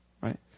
Right